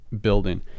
building